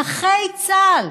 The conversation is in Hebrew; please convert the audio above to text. נכי צה"ל,